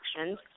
actions